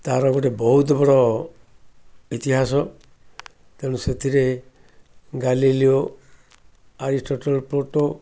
ତା'ର ଗୋଟେ ବହୁତ ବଡ଼ ଇତିହାସ ତେଣୁ ସେଥିରେ ଗାଲିଲିିଓ ଆରିଷ୍ଟଟଲ ପଟୋ